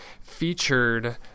featured